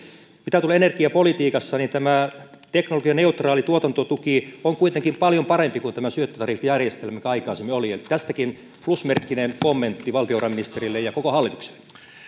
mitä tulee energiapolitiikkaan niin tämä teknologianeutraali tuotantotuki on kuitenkin paljon parempi kuin tämä syöttötariffijärjestelmä mikä aikaisemmin oli ja tästäkin plus merkkinen kommentti valtiovarainministerille ja koko hallitukselle